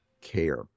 care